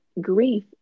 grief